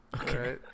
Okay